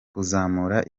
kuzamura